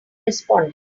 responded